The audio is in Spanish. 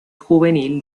juvenil